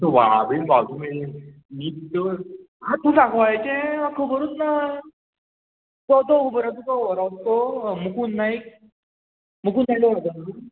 व्हाळा बीन भाव दवर आ तूं सांकवाळेचें म्हाका खबरूच ना तो तो तुका खोबोर हो रावता तो मुकुंद नायक मुकुंद नायका वळखता तूं